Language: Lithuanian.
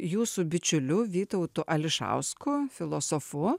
jūsų bičiuliu vytautu ališausku filosofu